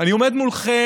אני עומד מולכם,